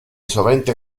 sovente